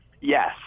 Yes